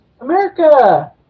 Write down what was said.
America